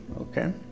Okay